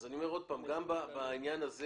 אז אני אומר עוד פעם, גם בעניין הזה